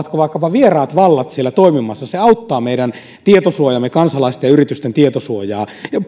vieraat vallat siellä toimimassa se auttaa meidän tietosuojaamme kansalaisten ja yritysten tietosuojaa